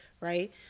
Right